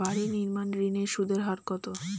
বাড়ি নির্মাণ ঋণের সুদের হার কত?